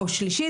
או שלישית,